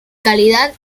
calidad